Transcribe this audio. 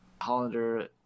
Hollander